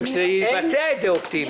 שיבצע את זה אופטימי.